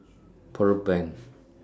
Pearl Bank